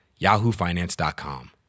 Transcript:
yahoofinance.com